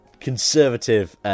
conservative